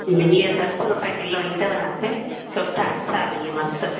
बिह सठ रूपये किलो ईंदव तव्हांखे सुठा अच्छा बिह मस्तु